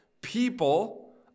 people